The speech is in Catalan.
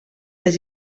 les